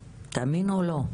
תאמינו או לא,